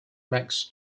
max